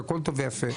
הכל טוב ויפה.